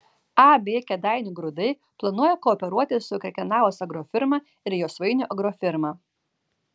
ab kėdainių grūdai planuoja kooperuotis su krekenavos agrofirma ir josvainių agrofirma